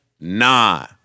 nah